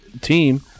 team